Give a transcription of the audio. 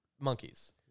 Monkeys